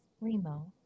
Remo